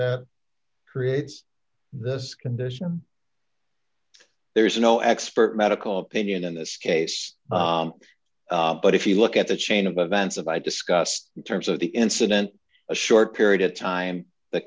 that creates this condition there is no expert medical opinion in this case but if you look at the chain of events of i discussed in terms of the incident a short period of time the